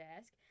ask